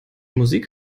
musik